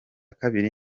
kabiri